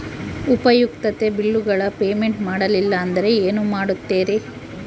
ಉಪಯುಕ್ತತೆ ಬಿಲ್ಲುಗಳ ಪೇಮೆಂಟ್ ಮಾಡಲಿಲ್ಲ ಅಂದರೆ ಏನು ಮಾಡುತ್ತೇರಿ?